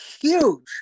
huge